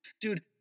Dude